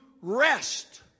rest